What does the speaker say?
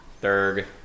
Third